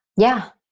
yeah,